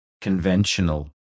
conventional